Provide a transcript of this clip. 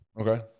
Okay